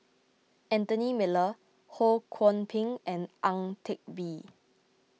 Anthony Miller Ho Kwon Ping and Ang Teck Bee